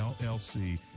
llc